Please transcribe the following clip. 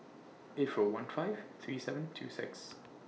eight four one five three seven two six